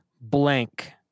blank